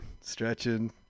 stretching